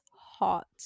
hot